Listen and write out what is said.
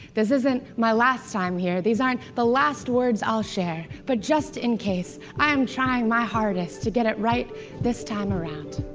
this isn't my last time here. these aren't the last words i'll share, but just in case, i am trying my hardest to get it right this time around.